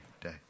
day